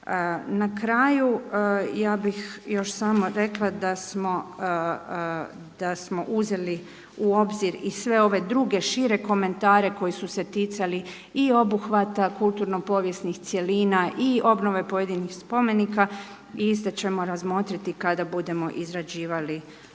Na kraju ja bih još samo rekla da smo uzeli u obzir i sve druge, šire komentare koji su se ticali i obuhvata kulturno-povijesnih cjelina i obnove pojedinih spomenika i iste ćemo razmotriti kada budemo izrađivali